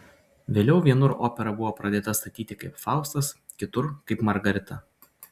vėliau vienur opera buvo pradėta statyti kaip faustas kitur kaip margarita